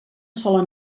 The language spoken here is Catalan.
sola